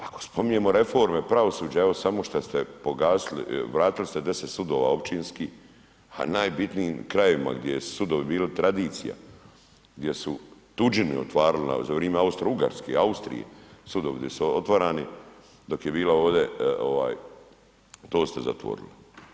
Ako spominjemo reforme pravosuđa, evo samo što ste pogasili, vratili ste 10 sudova općinskih, a najbitnijim krajevima gdje su sudovi bili tradicija, gdje su tuđini otvarali za vrijeme Austro-Ugarske, Austrije, sudovi gdje su otvarani, dok je bila ovdje, to ste zatvorili.